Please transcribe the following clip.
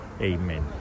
Amen